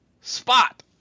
Spot